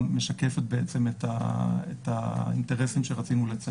משקפת את האינטרסים שרצינו לציין.